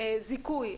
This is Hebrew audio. זיכוי.